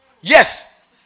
Yes